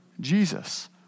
Jesus